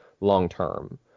long-term